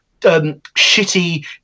shitty